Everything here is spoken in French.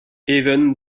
haven